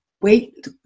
Wait